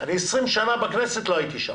אני 20 שנה בכנסת לא הייתי שם.